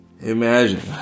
Imagine